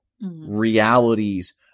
realities